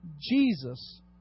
Jesus